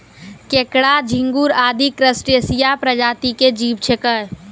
केंकड़ा, झिंगूर आदि क्रस्टेशिया प्रजाति के जीव छेकै